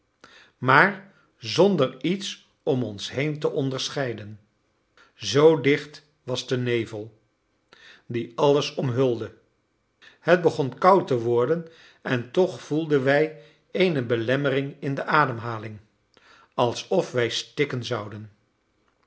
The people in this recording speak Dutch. maar zonder iets om ons heen te onderscheiden zoo dicht was de nevel die alles omhulde het begon koud te worden en toch voelden wij eene belemmering in de ademhaling alsof wij stikken zouden